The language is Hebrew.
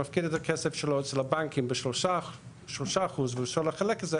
שלו אצל הבנקים ב-3% ואפשר לחלק את זה,